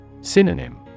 Synonym